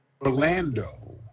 Orlando